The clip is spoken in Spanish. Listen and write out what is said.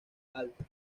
alta